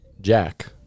Jack